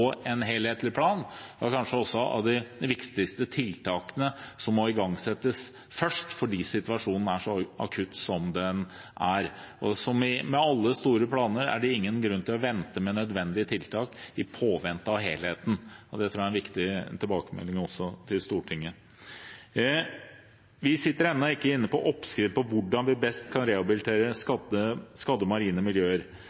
en helhetlig plan. Det er kanskje også blant de viktigste tiltakene som må igangsettes først, fordi situasjonen er så akutt som den er. Som med alle store planer er det ingen grunn til å vente med nødvendige tiltak i påvente av helheten. Det tror jeg er en viktig tilbakemelding til Stortinget også. Vi sitter ennå ikke med oppskriften på hvordan vi best kan rehabilitere